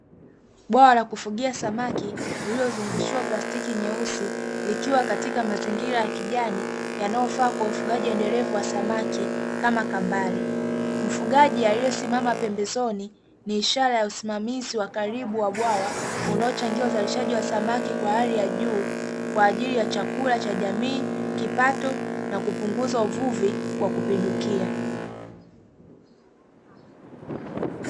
Bwawa la kufugia samaki lililozungushiwa plastiki nyeusi likiwa katika mazingira ya kijani yanayofaa kwa ufugaji endelevu wa samaki kama kambale. Mfugaji aliyesimama pembezoni ni ishara ya usimamizi wa karibu wa bwawa unaochangia uzalishaji wa samaki kwa hali ya juu kwa ajili ya chakula cha jamii, kipato, na kupunguza uvuvi wa kupindukia.